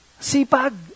Sipag